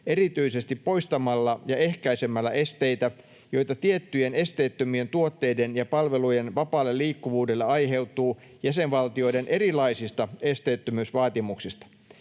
erityisesti poistamalla ja ehkäisemällä esteitä, joita tiettyjen esteettömien tuotteiden ja palvelujen vapaalle liikkuvuudelle aiheutuu jäsenvaltioiden erilaisista esteettömyysvaatimuksista.